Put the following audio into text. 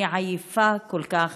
אני עייפה כל כך.